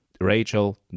rachel